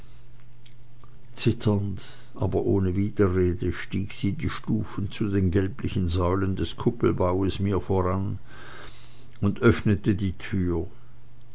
aber ohne widerrede stieg sie die stufen zu den gelblichen säulen des kuppelbaues mir voran und öffnete die tür